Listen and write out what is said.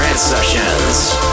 Sessions